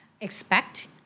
expect